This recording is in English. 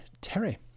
Terry